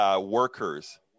workers